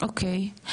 אוקיי.